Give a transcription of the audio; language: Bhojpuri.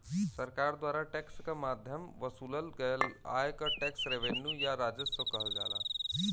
सरकार द्वारा टैक्स क माध्यम वसूलल गयल आय क टैक्स रेवेन्यू या राजस्व कहल जाला